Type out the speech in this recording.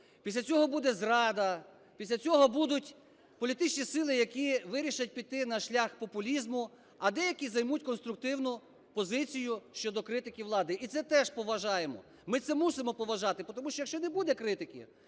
Після цього буде зрада, після цього будуть політичні сили, які вирішать піти на шлях популізму, а деякі займуть конструктивну позицію щодо критики влади, і це теж поважаємо. Ми це мусимо поважати, тому що, якщо не буде критики,